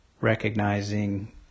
recognizing